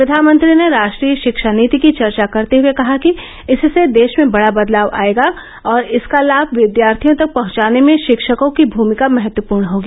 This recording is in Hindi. प्रधानमंत्री ने राष्ट्रीय शिक्षा नीति की चर्चा करते हए कहा कि इससे देश में बडा बदलाव आएगा और इसका लाभ विद्यार्थियों तक पहुंचाने में शिक्षकों की भूमिका महत्वपूर्ण होगी